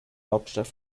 hauptstadt